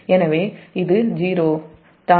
எனவே இது நான் சொன்னது '0' தான்